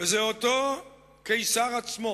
וזה אותו קיסר עצמו